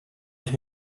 ich